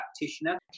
practitioner